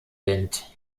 wind